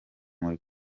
muri